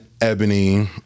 Ebony